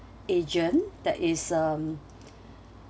agent that is um